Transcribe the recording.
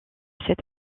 cet